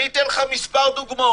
אני אתן לך מספר דוגמאות.